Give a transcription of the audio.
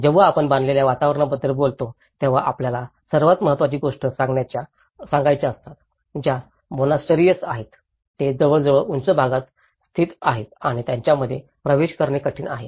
जेव्हा आपण बांधलेल्या वातावरणाबद्दल बोलतो तेव्हा आपल्याला सर्वात महत्वाच्या गोष्टी सांगायच्या असतात ज्या मोनास्टरीएस आहेत जे जवळजवळ उंच भागात स्थित आहेत आणि त्यामध्ये प्रवेश करणे कठीण आहे